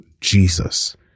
Jesus